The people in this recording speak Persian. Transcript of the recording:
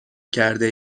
کرده